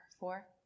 Four